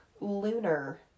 lunar